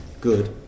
Good